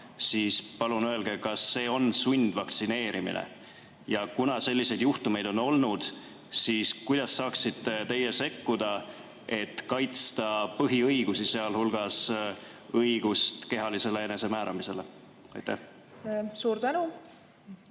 siis palun öelge, kas see on sundvaktsineerimine. Kuna selliseid juhtumeid on olnud, siis kuidas saaksite teie sekkuda, et kaitsta põhiõigusi, sh õigust kehalisele enesemääramisele. Suur tänu!